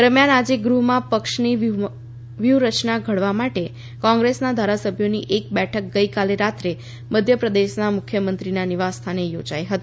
દરમ્યાન આજે ગૃહમાં પક્ષની વ્યૂહરચના ઘડવા માટે કોંગ્રેસના ધારાસભ્યોની એક બેઠક ગઈકાલે રાત્રે મધ્યપ્રદેશના મુખ્યમંત્રીના નિવાસસ્થાને યોજાઈ હતી